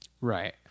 Right